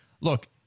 look